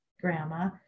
grandma